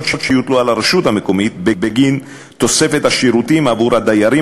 שיוטלו על הרשות המקומית בגין תוספת השירותים עבור הדיירים